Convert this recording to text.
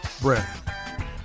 breath